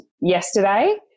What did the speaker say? yesterday